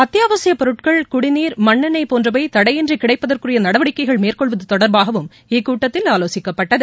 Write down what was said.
அத்தியாவசியப் பொருட்கள் குடிநீர் மண்ணெண்ணெய் போன்றவை தடையின்றி கிடைப்பதற்குரிய நடவடிக்கைகள் மேற்கொள்வது தொடர்பாகவும் இக்கூட்டத்தில் ஆலோசிக்கப்பட்டது